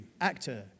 actor